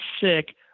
sick